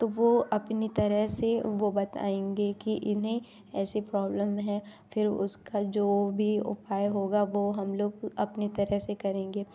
तो वह अपनी तरह से वह बताएंगे की इन्हें ऐसी प्रॉब्लम है फिर उसका जो भी उपाय होगा वह हम लोग अपनी तरह से करेंगे